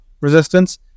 resistance